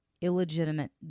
illegitimate